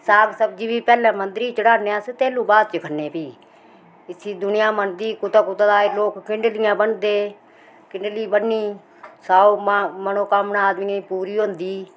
साग सब्जी बी पैह्ले मंदर ही चढ़ाने अस तैलुं बाद च खन्ने फ्ही इसी दुनिया मन्नदी कुतां कुतां दी आई'री लोक इत्थैं किंडलियां बनदे किंडली बन्नी सौ मनोकामनां आदमियें पूरी होंदी